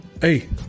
Hey